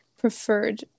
preferred